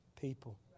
people